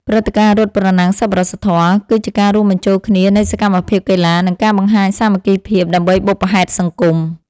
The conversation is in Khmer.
ព្រឹត្តិការណ៍រត់ប្រណាំងសប្បុរសធម៌ គឺជាការរួមបញ្ចូលគ្នានៃសកម្មភាពកីឡា និងការបង្ហាញសាមគ្គីភាព ដើម្បីបុព្វហេតុសង្គម។